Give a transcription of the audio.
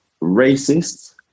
racists